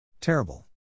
Terrible